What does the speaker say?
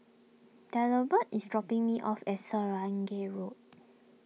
Delbert is dropping me off at Swanage Road